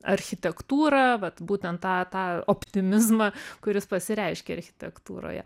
architektūrą vat būtent tą tą optimizmą kuris pasireiškė architektūroje